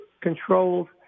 controlled